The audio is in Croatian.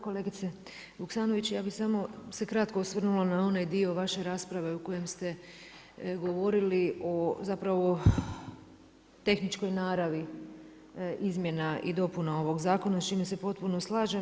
Kolegice Vuksanović, ja bih samo se kratko osvrnula na onaj dio vaše rasprave u kojem ste govorili o, zapravo tehničkoj naravi izmjena i dopuna ovoga zakona s čime se potpuno slažem.